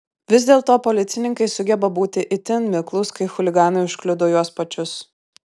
vis dėlto policininkai sugeba būti itin miklūs kai chuliganai užkliudo juos pačius